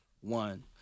one